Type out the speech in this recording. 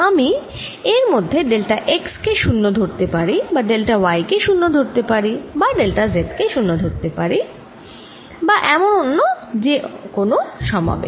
আমি এর মধ্যে ডেল্টা x কে 0 ধরতে পারি বা ডেল্টা y কে 0 ধরতে পারি বা ডেল্টা z কে 0 ধরতে পারি বা এমন অন্য যে কোন সমাবেশ